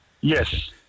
Yes